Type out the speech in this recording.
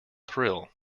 thrill